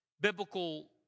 biblical